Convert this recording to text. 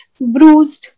bruised